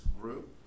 group